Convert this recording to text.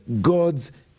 God's